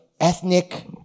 ethnic